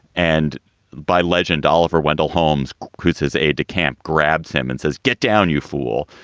and by legend oliver wendell holmes cruises a decamp, grabs him and says, get down, you fool.